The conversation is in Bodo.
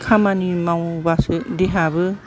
खामानि मावबासो देहायाबो